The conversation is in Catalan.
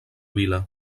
vila